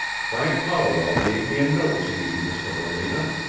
frank holliwell gave me a note to you, mr. morena.